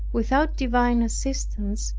without divine assistance,